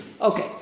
Okay